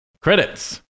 Credits